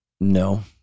No